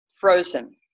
frozen